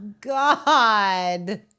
God